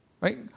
Right